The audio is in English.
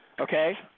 okay